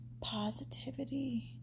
positivity